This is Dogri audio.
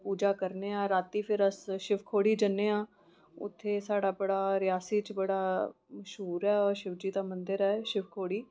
पूजा करने आं राती फिर अस शिव खोड़ी जन्नेआं उत्थै साढ़ा बड़ा रियासी च बड़ा मशहूर ऐ शिव जी दा मंदर ऐ शिव खोड़ी